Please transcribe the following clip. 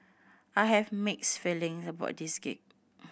I have mixed feeling about this gig